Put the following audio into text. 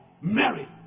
Mary